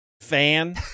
fan